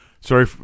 sorry